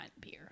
beer